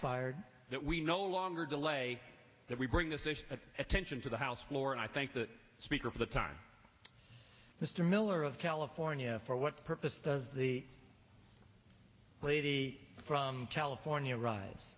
fired that we no longer delay that we bring this issue of attention to the house floor and i thank the speaker of the time mr miller of california for what purpose does the lady from california ri